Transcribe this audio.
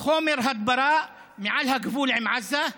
חומר הדברה מעל הגבול עם עזה,